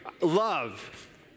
love